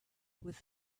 with